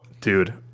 dude